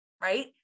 Right